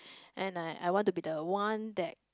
and I I want to be the one that